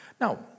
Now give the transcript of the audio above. Now